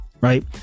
right